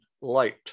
light